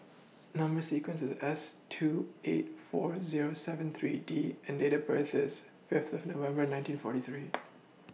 Number sequence IS S two eight four Zero seven three D and Date of birth IS Fifth of November nineteen forty three